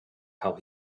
how